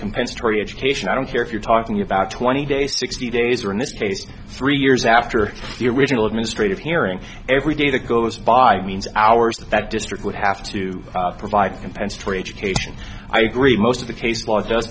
compensatory education i don't care if you're talking about twenty days sixty days or in this case three years after the original administrative hearing every day that goes by means hours that district would have to provide compensatory education i agree most of the case law is just